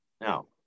Now